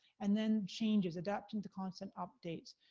and then changes, adapting to constant updates.